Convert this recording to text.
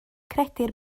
credir